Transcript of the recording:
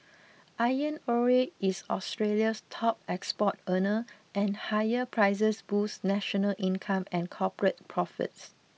iron ore is Australia's top export earner and higher prices boosts national income and corporate profits